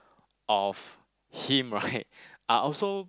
of him right I also